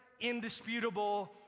indisputable